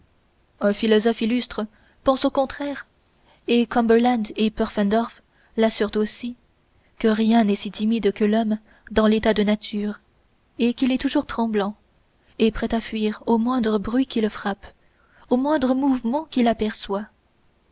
un philosophe illustre pense au contraire et cumberland et pufendorff l'assurent aussi que rien n'est si timide que l'homme dans l'état de nature et qu'il est toujours tremblant et prêt à fuir au moindre bruit qui le frappe au moindre mouvement qu'il aperçoit